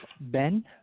Ben